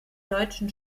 deutschen